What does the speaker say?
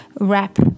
wrap